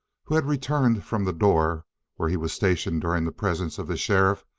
who had returned from the door where he was stationed during the presence of the sheriff,